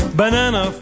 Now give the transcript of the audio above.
banana